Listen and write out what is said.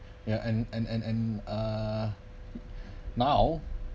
ya and and and and uh now